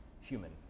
human